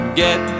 get